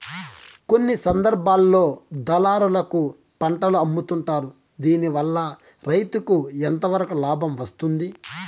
కొన్ని సందర్భాల్లో దళారులకు పంటలు అమ్ముతుంటారు దీనివల్ల రైతుకు ఎంతవరకు లాభం వస్తుంది?